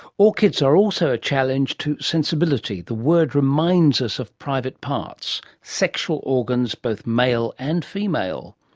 orchids are also a challenge to sensibility. the word reminds us of private parts sexual organs both male and female.